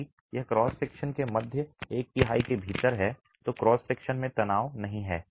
यदि यह cross section के मध्य एक तिहाई के भीतर है तो क्रॉस सेक्शन में कोई तनाव नहीं है